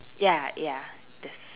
ya ya that's